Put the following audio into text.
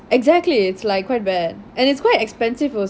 exactly it's like quite bad and it's quite expensive also